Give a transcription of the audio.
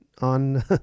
on